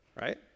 right